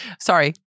sorry